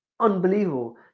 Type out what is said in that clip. unbelievable